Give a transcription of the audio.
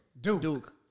Duke